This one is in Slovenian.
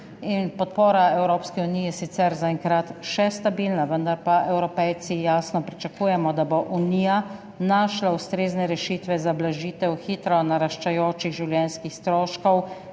Podpora Evropski uniji je sicer zaenkrat še stabilna, vendar pa Evropejci jasno pričakujemo, da bo Unija našla ustrezne rešitve za blažitev hitro naraščajočih življenjskih stroškov